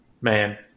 Man